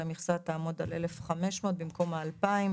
שהמכסה תעמוד על 1,500 במקום ה-2,000,